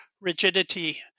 rigidity